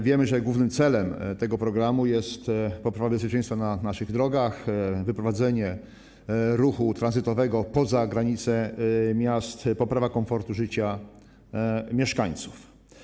Wiemy, że głównym celem tego programu jest poprawa bezpieczeństwa na naszych drogach, wyprowadzenie ruchu tranzytowego poza granice miast, poprawa komfortu życia mieszkańców.